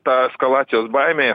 ta eskalacijos baimė